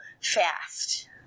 fast